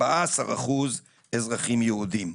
14 אחוז אזרחים יהודים,